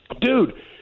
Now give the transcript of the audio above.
dude